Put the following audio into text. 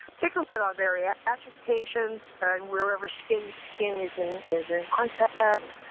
take a look at our bariatric patients and wherever skin to skin is in is in contact.